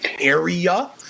area